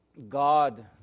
God